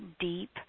deep